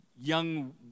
young